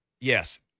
Yes